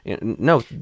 No